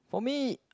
for me